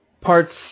parts